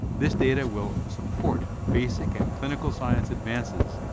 this data will support basic and clinical science advances,